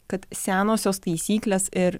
kad senosios taisyklės ir